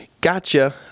Gotcha